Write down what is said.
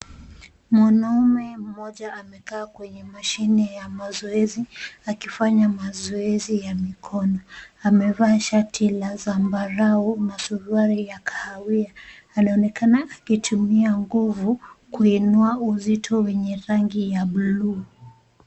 Mwanaume mmoja amekaa kwenye mashine ya mazoezi akifanya mazoezi ya mikono. Amevaa shati la zambarau na suruali ya kahawia. Anaonekana akitumia nguvu kuinua uzito wenye rangi ya buluu.